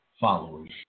followers